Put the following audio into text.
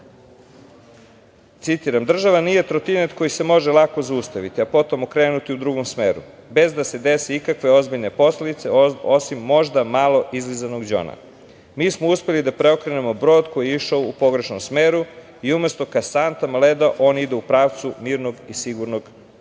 Citiram: "Država nije trotinet koji se može lako zaustaviti, a potom okrenuti u drugom smeru, bez da se dese ikakve ozbiljne posledice, osim možda malo izlizanog đona. Mi smo uspeli da preokrenemo brod koji je išao u pogrešnom smeru i umesto ka santama leda, on ide u pravcu mirnog i sigurnog mora.